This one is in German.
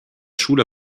schule